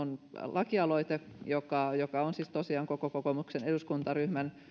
lakialoite joka joka on siis tosiaan koko kokoomuksen eduskuntaryhmän